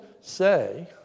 say